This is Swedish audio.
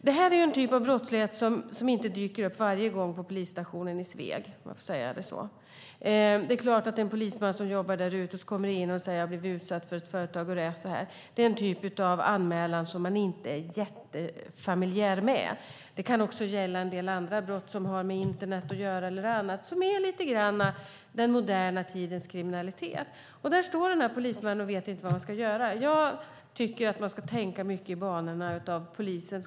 Det här är ju en typ av brottslighet som inte dyker upp varje dag på polisstationen i Sveg, om jag säger så. Säg att det kommer in någon på polisstationen där och förklarar för en polisman att han eller hon blivit utsatt, fått faktura från ett företag. Den typen av anmälan är de inte jättefamiljära med i Sveg. Det kan också gälla andra brott, sådana som har med internet att göra eller annat som hör till den moderna tidens kriminalitet. Där står sedan polismannen och vet inte vad han ska göra. Jag tycker att man ska tänka i banor av helpdesk för polisen.